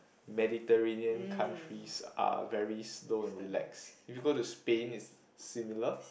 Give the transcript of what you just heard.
Mediterranean countries are very slow and relax if you go to Spain is similar